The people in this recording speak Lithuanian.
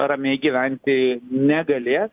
ramiai gyventi negalės